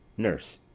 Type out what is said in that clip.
nurse.